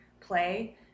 play